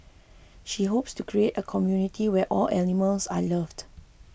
she hopes to create a community where all animals are loved